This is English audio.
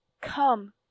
come